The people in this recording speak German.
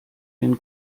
den